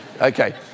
Okay